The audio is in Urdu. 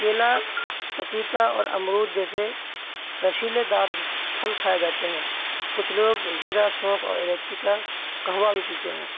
کیلا پپیتا اور امرود جیسے رسیلے دار پھل کھائے جاتے ہیں کچھ لوگ زیرا سونف اور الائچی کا قہوہ بھی پیتے ہیں